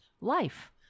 life